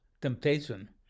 temptation